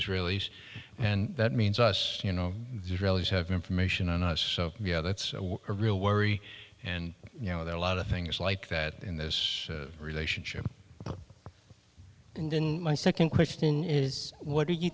israelis and that means us you know the israelis have information on us so yeah that's a real worry and you know there are a lot of things like that in this relationship my second question is what do you